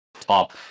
top